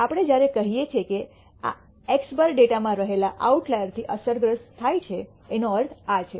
આપણે જયારે કહે છે કે x̅ ડેટા માં રહેલા આઉટલાયર થી અસરગ્રસ્ત થાઈ છે એનો અર્થ આ છે